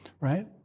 right